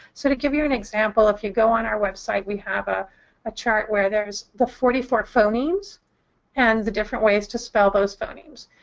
sort of give you an example, if you go on our website we have a ah chart where there is the forty four phonemes and the different ways to spell those phonemes.